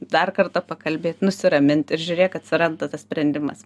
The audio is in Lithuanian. dar kartą pakalbėt nusiramint ir žiūrėk atsiranda tas sprendimas